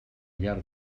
llar